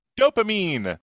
Dopamine